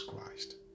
Christ